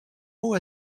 mots